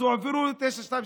אז הם הועברו ל-923.